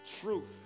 truth